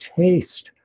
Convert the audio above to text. taste